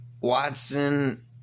Watson